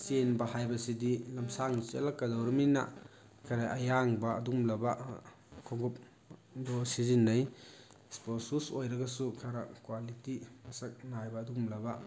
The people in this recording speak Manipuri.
ꯆꯦꯟꯕ ꯍꯥꯏꯕꯁꯤꯗꯤ ꯂꯝꯁꯥꯡꯗ ꯆꯦꯜꯂꯛ ꯀꯗꯧꯔꯤꯃꯤꯅ ꯈꯔ ꯑꯌꯥꯡꯕ ꯑꯗꯨꯒꯨꯝꯂꯕ ꯈꯨꯡꯎꯞꯗꯨ ꯁꯤꯖꯤꯟꯅꯩ ꯁ꯭ꯄꯣꯔꯠ ꯁꯨꯁ ꯑꯣꯏꯔꯒꯁꯨ ꯈꯔ ꯀ꯭ꯋꯥꯂꯤꯇꯤ ꯃꯁꯛ ꯅꯥꯏꯕ ꯑꯗꯨꯒꯨꯝꯂꯕ